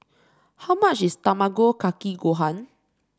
how much is Tamago Kake Gohan